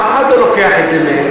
אף אחד לא לוקח את זה מהם.